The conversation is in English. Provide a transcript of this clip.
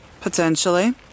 Potentially